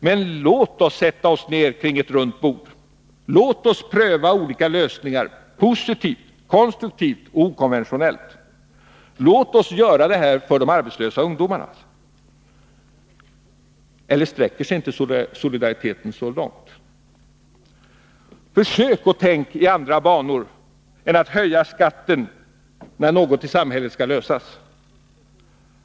Men låt oss sätta oss ner kring ett runt bord och pröva olika lösningar — positivt, konstruktivt och okonventionellt. Låt oss göra detta för de arbetslösa ungdomarna. Eller sträcker sig inte solidariteten så långt? Försök tänka i andra banor än att höja skatten när något i samhället skall lösas!